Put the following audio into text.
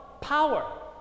Power